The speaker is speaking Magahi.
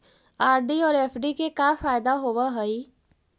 आर.डी और एफ.डी के का फायदा होव हई?